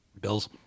Bills